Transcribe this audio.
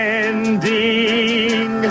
ending